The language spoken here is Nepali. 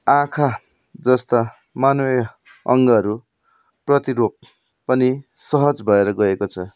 आँखा जस्ता मानवीय अङ्गहरू प्रतिरोपन पनि सहज भएर गएको छ